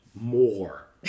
more